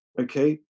okay